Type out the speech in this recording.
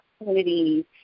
opportunities